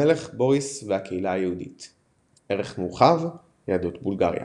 המלך בוריס והקהילה היהודית ערך מורחב – יהדות בולגריה